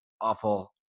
awful